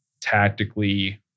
tactically